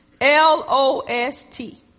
L-O-S-T